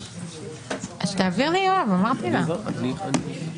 מתי אתה מתכוון להצביע?